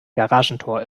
garagentor